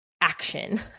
action